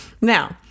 Now